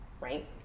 right